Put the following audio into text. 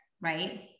right